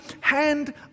hand